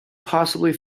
possibly